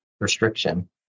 restriction